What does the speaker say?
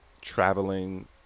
Traveling